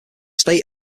state